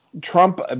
Trump